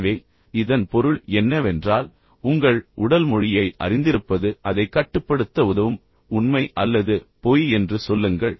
எனவே இதன் பொருள் என்னவென்றால் உங்கள் உடல் மொழியை அறிந்திருப்பது அதை கட்டுப்படுத்த உதவும் உண்மை அல்லது பொய் என்று சொல்லுங்கள்